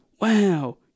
wow